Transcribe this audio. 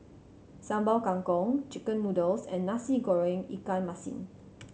Sambal Kangkong chicken noodles and Nasi Goreng ikan masin